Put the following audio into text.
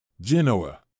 Genoa